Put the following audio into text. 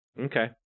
Okay